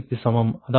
அதாவது 0